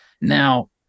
Now